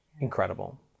incredible